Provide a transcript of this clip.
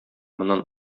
моннан